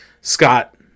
Scott